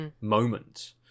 moment